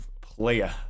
player